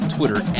Twitter